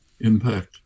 impact